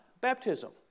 baptism